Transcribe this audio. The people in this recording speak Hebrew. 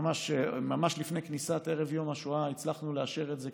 ממש לפני כניסת ערב יום השואה הצלחנו לאשר את זה,